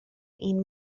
این